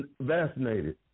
vaccinated